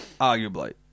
arguably